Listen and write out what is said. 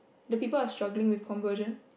the people are struggling with conversion